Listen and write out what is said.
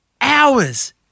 hours